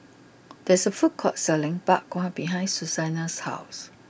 there's a food court selling Bak Kwa behind Susannah's house